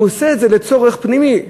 הוא עושה את זה לצורך פנימי.